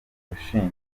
washinze